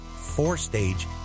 four-stage